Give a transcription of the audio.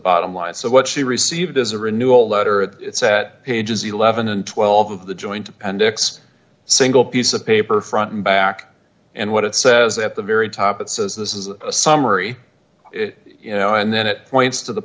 bottom line so what she received is a renewal letter that set pages eleven and twelve of the joint appendix single piece of paper front and back and what it says at the very top it says this is a summary you know and then it points to the